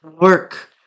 work